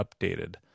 updated